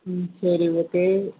ம் சரி ஓகே